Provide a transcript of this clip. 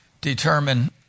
determine